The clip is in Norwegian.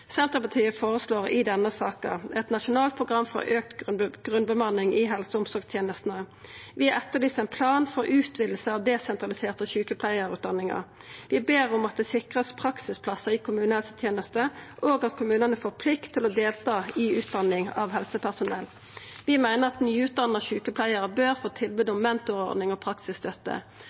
Senterpartiet føreslår i denne saka eit nasjonalt program for auka grunnbemanning i helse- og omsorgstenestene. Vi etterlyser ein plan for utviding av desentraliserte sjukepleiarutdanningar. Vi ber om at det vert sikra praksisplassar i kommunehelsetenesta, og at kommunane får plikt til å delta i utdanning av helsepersonell. Vi meiner at nyutdanna sjukepleiarar bør få tilbod om mentorordning og praksisstøtte.